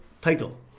title